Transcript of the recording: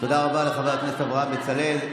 תודה רבה לחבר הכנסת אברהם בצלאל.